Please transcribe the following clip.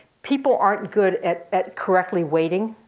people aren't good at at correctly weighting.